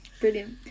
Brilliant